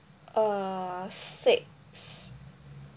uh six